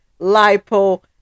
lipo